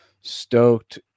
stoked